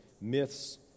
myths